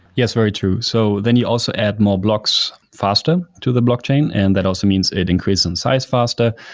yes, very true. so then you also add more blocks faster to the blockchain and that also means it increase in size faster.